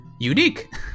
unique